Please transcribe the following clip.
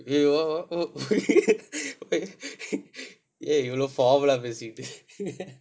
wait wait what what wait wait ஏன் இவ்வளவு:aen ivvalvu formal ah பேசிட்டு:pesittu